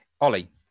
ollie